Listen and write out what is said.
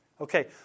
Okay